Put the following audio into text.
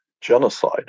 genocide